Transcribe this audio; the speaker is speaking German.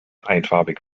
einfarbig